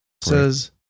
says